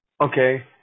Okay